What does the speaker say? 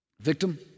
Victim